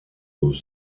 aux